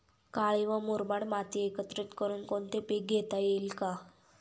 काळी व मुरमाड माती एकत्रित करुन कोणते पीक घेता येईल का?